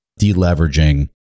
deleveraging